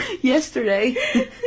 Yesterday